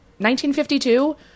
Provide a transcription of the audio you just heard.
1952